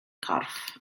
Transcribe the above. corff